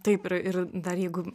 taip ir ir dar jeigu